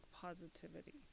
positivity